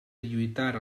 lluitar